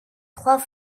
trois